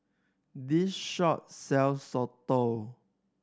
this shop sells Soto